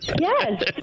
Yes